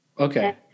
okay